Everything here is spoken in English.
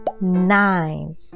nine